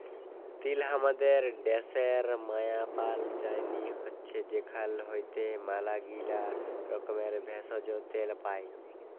তিল হামাদের ড্যাশের মায়পাল যায়নি হৈচ্যে সেখাল হইতে ম্যালাগীলা রকমের ভেষজ, তেল পাই